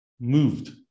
moved